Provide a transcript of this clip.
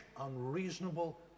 unreasonable